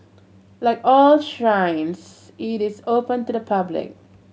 like all shrines it is open to the public